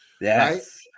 yes